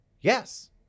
Yes